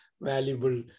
valuable